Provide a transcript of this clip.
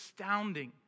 astounding